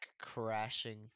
crashing